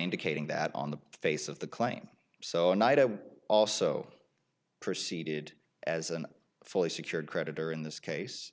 indicating that on the face of the claim so an item also proceeded as an fully secured creditor in this case